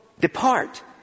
depart